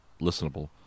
listenable